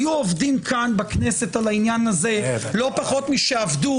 היו עובדים פה בכנסת בעניין הזה לא פחות משעבדו